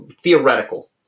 theoretical